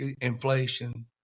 inflation